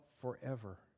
forever